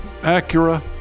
Acura